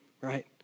right